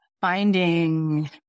finding